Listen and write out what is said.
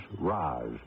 Raj